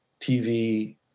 TV